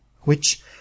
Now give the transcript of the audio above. which